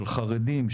של חרדים,